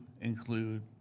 include